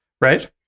right